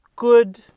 good